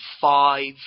five